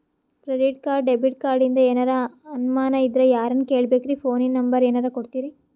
Credit card, debit ಕಾರ್ಡಿಂದ ಏನರ ಅನಮಾನ ಇದ್ರ ಯಾರನ್ ಕೇಳಬೇಕ್ರೀ, ಫೋನಿನ ನಂಬರ ಏನರ ಕೊಡ್ತೀರಿ?